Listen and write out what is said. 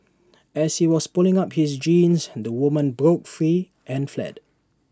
as he was pulling up his jeans the woman broke free and fled